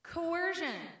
Coercion